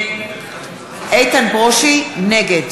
נגד